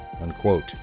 Unquote